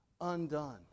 undone